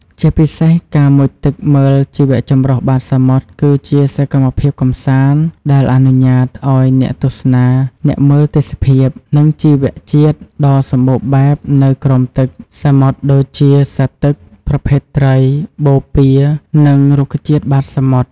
ជាពិសេសការមុជទឹកមើលជីវៈចម្រុះបាតសមុទ្រ គឺជាសកម្មភាពកម្សាន្តដែលអនុញ្ញាតឲ្យអ្នកទស្សនាអ្នកមើលទេសភាព និងជីវៈជាតិដ៏សម្បូរបែបនៅក្រោមទឹក សមុទ្រ ដូចជាសត្វទឹក ប្រភេទត្រី បូព៌ា និងរុក្ខជាតិបាតសមុទ្រ។